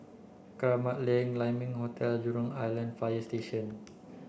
Kramat Lane Lai Ming Hotel Jurong Island Fire Station